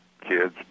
kids